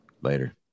Later